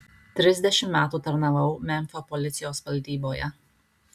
trisdešimt metų tarnavau memfio policijos valdyboje